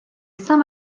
saint